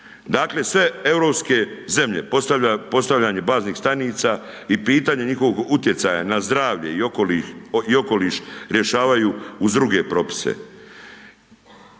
Dakle, sve europske zemlje, postavljanje baznih stanica i pitanje njihovog utjecaja na zdravlje i okoliš rješavaju uz druge propise.